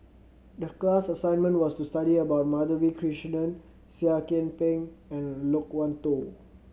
the class assignment was to study about Madhavi Krishnan Seah Kian Peng and Loke Wan Tho